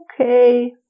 Okay